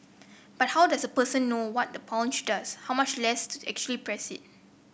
but how does a person know what the plunger does how much less to actually press it